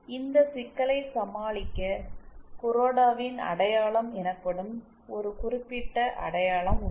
இந்த சிக்கலை சமாளிக்க குரோடாவின் அடையாளம் Kuroda's identity எனப்படும் ஒரு குறிப்பிட்ட அடையாளம் உள்ளது